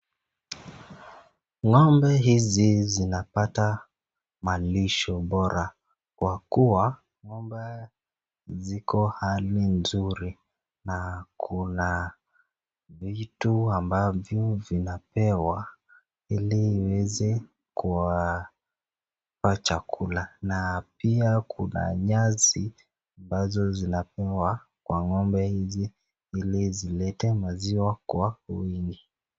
Ng'ombe hizi zinapata malisho bora kwa kuwa ziko hali nzuri na kuna vitu ambazo zinapewa ili ziweze kutoa chakula na pia kuna nyasi ambazo zinapewa kwa ng'ombe hizi ili zitoe maziwa kwa wingi.